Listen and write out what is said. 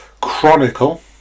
Chronicle